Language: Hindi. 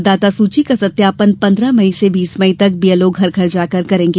मतदाता सूची का सत्यापन पंद्रह मई से बीस मई तक बीएलओ घर घर जाकर करेंगे